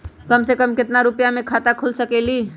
कम से कम केतना रुपया में खाता खुल सकेली?